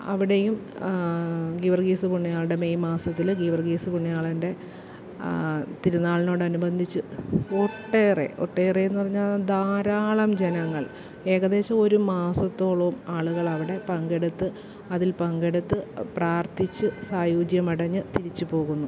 അവിടെയും ഗീവർഗീസ്സ് പുണ്യാളന്റെ മെയ് മാസത്തിൽ ഗീവർഗീസ്സ് പുണ്യാളന്റെ തിരുനാളിനോടനുബന്ധിച്ച് ഒട്ടേറെ ഒട്ടേറെയെന്ന് പറഞ്ഞാൽ ധാരാളം ജനങ്ങൾ ഏകദേശം ഒരു മാസത്തോളം ആളുകളവിടെ പങ്കെടുത്ത് അതിൽ പങ്കെടുത്ത് പ്രാർത്ഥിച്ച് സായൂജ്യമടഞ്ഞ് തിരിച്ചുപോകുന്നു